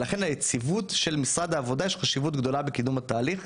ולכן היציבות של משרד העבודה יש חשיבות מאוד גדולה בקידום התהליך.